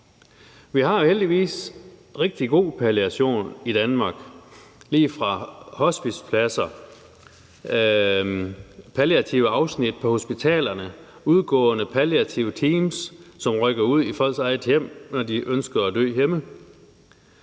Vi har heldigvis rigtig god palliation i Danmark. Der er altlige fra hospicepladser, palliative afsnit på hospitalerne og udgående palliative teams, som rykker ud i folks eget hjem, når de ønsker at dø hjemme.